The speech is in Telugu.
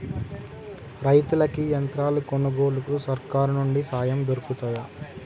రైతులకి యంత్రాలు కొనుగోలుకు సర్కారు నుండి సాయం దొరుకుతదా?